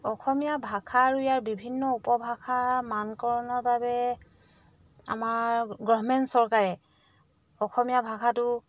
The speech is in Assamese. অসমীয়া ভাষা আৰু ইয়াৰ বিভিন্ন উপভাষাৰ মানকৰণৰ বাবে আমাৰ গভমেণ্ট চৰকাৰে অসমীয়া ভাষাটো